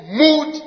mood